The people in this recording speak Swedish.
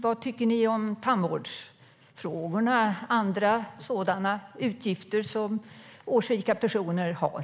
Vad tycker ni om tandvård och andra utgifter som årsrika personer har?